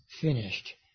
finished